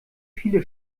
viele